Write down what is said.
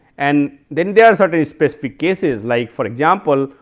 and then there are certain specific cases like for example,